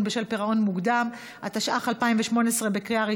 חבר הכנסת ג'מאל זחאלקה,